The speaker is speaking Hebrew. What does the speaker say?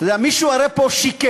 אתה יודע, הרי מישהו פה שיקר: